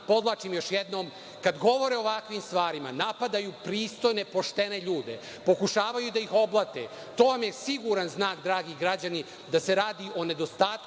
Podvlačim još jednom, kada govore o ovakvim stvarima, napadaju pristojne, poštene ljude. Pokušavaju da ih oblate. To vam je siguran znak, dragi građani, da se radi o nedostatku